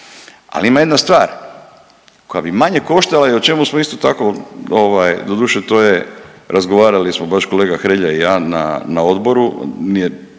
Ali ima jedna stvar koja bi manje koštala i o čemu smo isto tako doduše to je razgovarali smo baš kolega Hrelja i ja na odboru, moramo